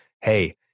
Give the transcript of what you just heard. hey